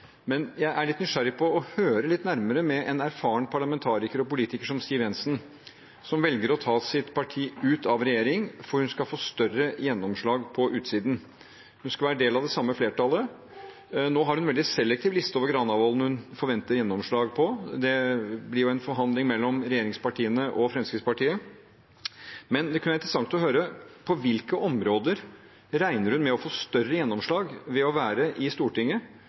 Jeg er litt nysgjerrig på å høre litt nærmere med en erfaren parlamentariker og politiker som Siv Jensen, som velger å ta sitt parti ut av regjering, for hun skal få større gjennomslag på utsiden. Hun skal være del av det samme flertallet. Nå har hun en veldig selektiv liste over ting i Granavolden-plattformen hun forventer gjennomslag på. Det blir jo en forhandling mellom regjeringspartiene og Fremskrittspartiet. Men det kunne være interessant å høre: På hvilke områder regner hun med å få større gjennomslag ved å være i Stortinget